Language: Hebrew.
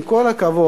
עם כל הכבוד,